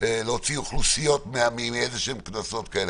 לצו סגירה מנהלי יש משמעויות שלא קשורות לעצם